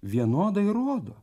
vienodai rodo